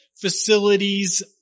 facilities